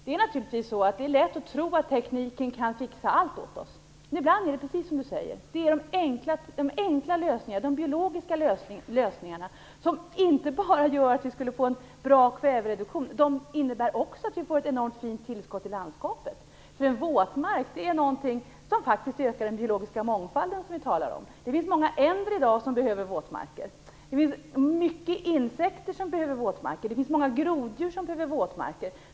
Det är naturligtvis lätt att tro att tekniken kan fixa allt åt oss. Men ibland innebär, precis som Peter Weibull Bernström säger, de enkla lösningarna, de biologiska lösningarna inte bara att vi skulle få en bra kvävereduktion, de innebär också att vi får ett enormt fint tillskott i landskapet. En våtmark är någonting som faktiskt ökar den biologiska mångfald som vi talar om. Det finns många änder som behöver våtmarker. Det finns många insekter som behöver våtmarker. Det finns många groddjur som behöver våtmarker.